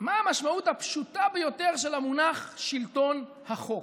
המשמעות הפשוטה ביותר של המונח "שלטון החוק"?